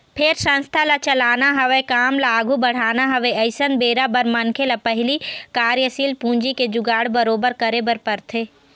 फेर संस्था ल चलाना हवय काम ल आघू बढ़ाना हवय अइसन बेरा बर मनखे ल पहिली कार्यसील पूंजी के जुगाड़ बरोबर करे बर परथे